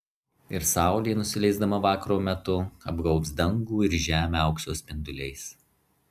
ir saulė nusileisdama vakaro metu apgaubs dangų ir žemę aukso spinduliais